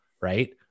right